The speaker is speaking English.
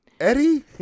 Eddie